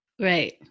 Right